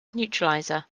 neuralizer